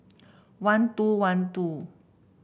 one two one two